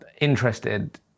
interested